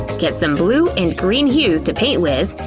get some blue and green hues to paint with,